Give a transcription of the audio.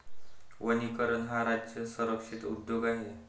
वनीकरण हा राज्य संरक्षित उद्योग आहे